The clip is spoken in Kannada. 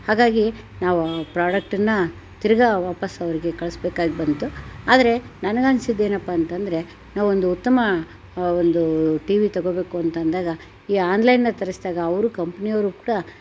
ಹಾಗಾಗಿ ನಾವು ಪ್ರಾಡಕ್ಟನ್ನ ತಿರುಗಿ ವಾಪಸ್ ಅವರಿಗೆ ಕಳ್ಸ್ಬೇಕಾಗಿ ಬಂತು ಆದರೆ ನನ್ಗನ್ಸಿದ್ದು ಏನಪ್ಪ ಅಂತಂದರೆ ನಾವೊಂದು ಉತ್ತಮ ಒಂದು ಟಿ ವಿ ತಗೋಬೇಕೂಂತ ಅಂದಾಗ ಈ ಆನ್ಲೈನಲ್ಲಿ ತರಿಸ್ದಾಗ ಅವರು ಕಂಪನಿಯವರು ಕೂಡ